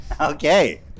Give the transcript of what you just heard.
Okay